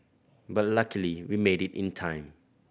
but luckily we made it in time